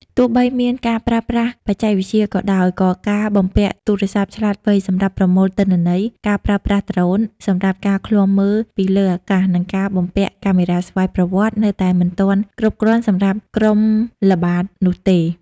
ទោះបីមានការប្រើប្រាស់បច្ចេកវិទ្យាក៏ដោយ ក៏ការបំពាក់ ទូរស័ព្ទឆ្លាតវៃ សម្រាប់ប្រមូលទិន្នន័យ ការប្រើប្រាស់ ដ្រូន សម្រាប់ការឃ្លាំមើលពីលើអាកាស និងការបំពាក់ កាមេរ៉ាស្វ័យប្រវត្តិ នៅតែមិនទាន់គ្រប់គ្រាន់សម្រាប់គ្រប់ក្រុមល្បាតនោះទេ។